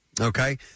Okay